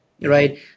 right